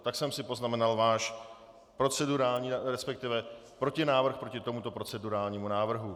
Tak jsem si poznamenal váš procedurální, resp. protinávrh proti tomuto procedurálnímu návrhu.